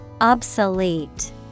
Obsolete